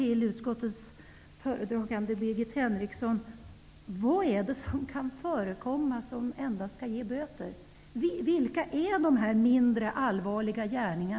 utskottets företrädare Birgit Henriksson. Vad är det som kan förekomma som endast skall ge böter? Vilka är dessa mindre allvarliga gärningar?